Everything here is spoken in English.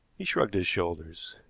he shrugged his shoulders.